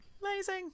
amazing